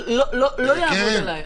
לא יעבוד עלי.